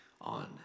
on